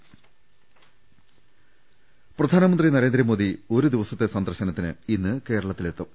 ൾ ൽ ൾ പ്രധാനമന്ത്രി നരേന്ദ്രമോദി ഒരു ദിവസത്തെ സന്ദർശനത്തിന് ഇന്ന് കേരളത്തിലെത്തും